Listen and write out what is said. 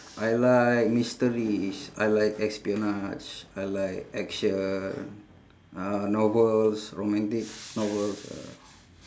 I like mysteries I like espionage I like action uh novels romantic novels uh